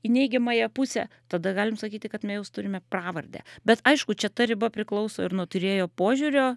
į neigiamąją pusę tada galim sakyti kad me jaus turime pravardę bet aišku čia ta riba priklauso ir nuo tyrėjo požiūrio